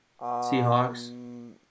Seahawks